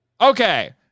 Okay